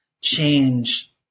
change